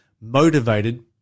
motivated